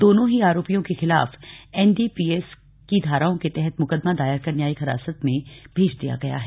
दोनो ही आरोपियों के खिलाफ एनडीपीएस की धाराओ के तहत मुकदमा कायम कर न्यायिक हिरासत में भेज दिया गया है